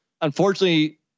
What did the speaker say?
unfortunately